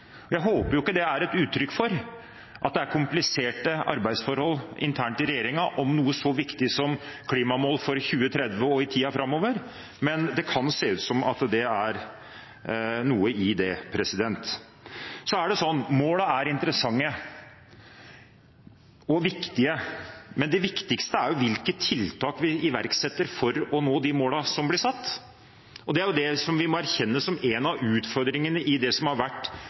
Jeg håper ikke det er et uttrykk for at det er kompliserte arbeidsforhold internt i regjeringen om noe så viktig som klimamål for 2030 og i tiden framover, men det kan se ut som at det er noe i det. Målene er interessante og viktige, men det viktigste er jo hvilke tiltak vi iverksetter for å nå de målene som blir satt. Det er det vi må erkjenne som en av utfordringene i det som har vært